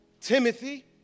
Timothy